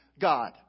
God